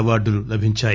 అవార్డులు లభించాయి